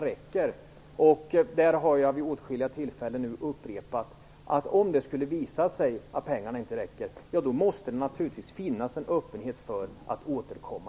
Räcker pengarna? Vid åtskilliga tillfällen har jag nu upprepat att om det skulle visa sig att pengarna inte räcker måste det naturligtvis finnas en öppenhet för att återkomma.